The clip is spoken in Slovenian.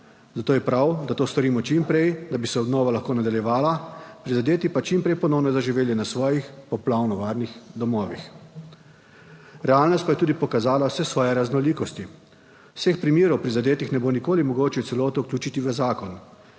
zato je prav, da to storimo čim prej, da bi se obnova lahko nadaljevala, prizadeti pa čim prej ponovno zaživeli na svojih poplavno varnih domovih. Realnost pa je tudi pokazala vse svoje raznolikosti; vseh primerov prizadetih ne bo nikoli mogoče v celoti vključiti v zakon.